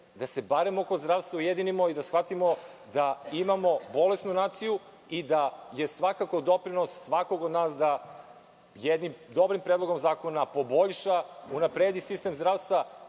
Da se barem oko zdravstva ujedinimo i da shvatimo da imamo bolesnu naciju i da je svakako doprinos svakog od nas da jednim dobrim predlogom zakona poboljša, unapredi sistem zdravstva.